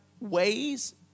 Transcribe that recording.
ways